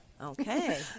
Okay